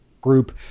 group